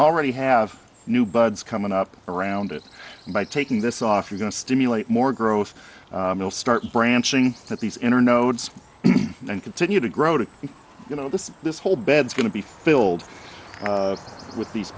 already have new buds coming up around it by taking this off you're going to stimulate more growth we'll start branching at these inner nodes and continue to grow to you know this this whole bed is going to be filled with these